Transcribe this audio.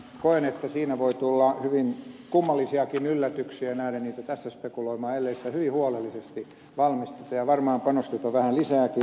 koen että siinä voi tulla hyvin kummallisiakin yllätyksiä en lähde niitä tässä spekuloimaan ellei sitä hyvin huolellisesti valmistella ja varmaan panosteta siihen vähän lisääkin